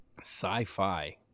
Sci-fi